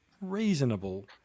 reasonable